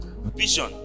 Vision